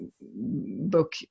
book